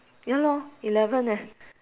ya lor eleven eh